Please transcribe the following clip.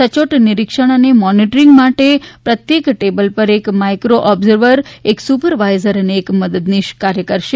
સચોટ નિરિક્ષણ અને મોનિટરિંગ માટે પ્રત્યેક ટેબલ ઉપર એક માઇક્રો ઓબ્ઝર્વર એક સુપરવાઇઝર અને એક મદદનીશ કાર્ય કરશે